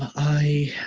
i